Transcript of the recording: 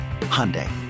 Hyundai